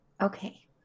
Okay